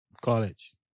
college